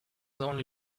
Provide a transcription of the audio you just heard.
only